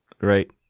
right